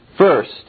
First